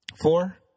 Four